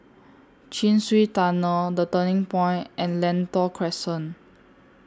Chin Swee Tunnel The Turning Point and Lentor Crescent